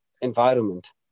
environment